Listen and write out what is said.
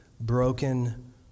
broken